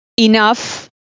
enough